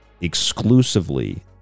exclusively